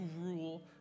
rule